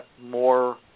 more